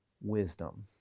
wisdom